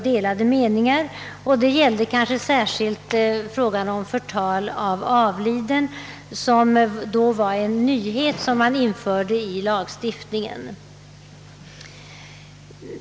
Det gällde kanske särskilt frågan om förtal av avliden — något som då var en nyhet som infördes i lagstiftningen.